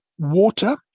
water